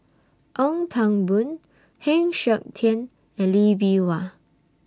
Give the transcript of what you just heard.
Ong Pang Boon Heng Siok Tian and Lee Bee Wah